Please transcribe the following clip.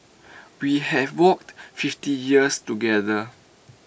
we have walked fifty years together